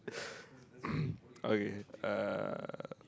okay uh